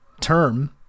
term